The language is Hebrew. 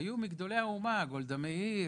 הם היו גדולי האומה: גולדה מאיר,